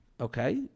okay